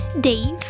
Dave